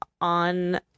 on